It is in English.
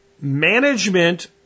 management